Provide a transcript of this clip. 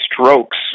strokes